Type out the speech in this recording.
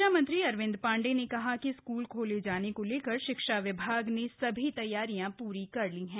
शिक्षा मंत्री अरविंद पांडेय ने कहा कि स्कूल खोले जाने को लेकर शिक्षा विभाग ने सभी तैयारी पूरी कर ली हैं